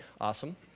Awesome